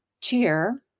cheer